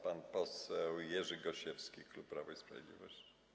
Pan poseł Jerzy Gosiewski, klub Prawo i Sprawiedliwość.